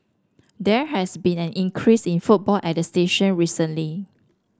there has been an increase in footfall at the station recently